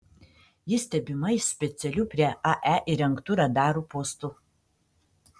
ji stebima iš specialių prie ae įrengtų radarų postų